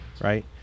Right